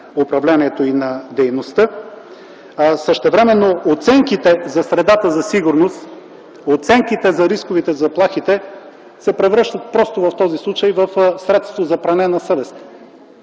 управлението и на дейността. Същевременно оценките за средата за сигурност, оценките за рисковете и заплахите в този случай е превръщат в средство за пране на съвест.